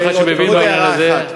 ובתור אחד שמבין בעניין הזה,